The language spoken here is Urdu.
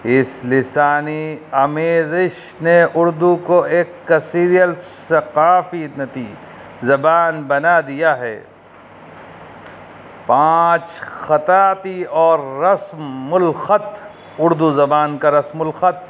اس لسانی آمیزش نے اردو کو ایک کثیرالثقافتی زبان بنا دیا ہے پانچ خطراتی اور رسم الخط اردو زبان کا رسم الخط